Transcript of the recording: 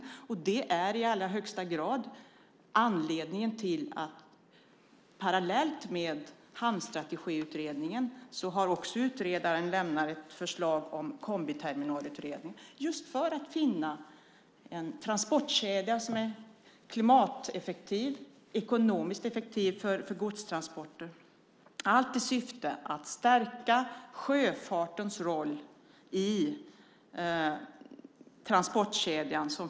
Det är i allra högsta grad anledningen till att utredaren, parallellt med Hamnstrategiutredningen, också har lämnat ett förslag om en kombiterminalutredning just för att finna en transportkedja som är klimateffektiv och ekonomiskt effektiv för godstransporter, allt i syfte att stärka sjöfartens roll i transportkedjan.